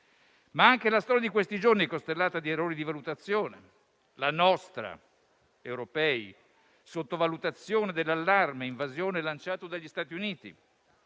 Anche la storia di questi giorni è costellata, però, di errori di valutazione: la nostra - europea - sottovalutazione dell'allarme invasione lanciato dagli Stati Uniti.